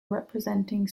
representing